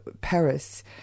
Paris